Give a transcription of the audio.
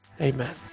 Amen